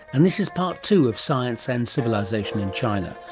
and this is part two of science and civilisation in china,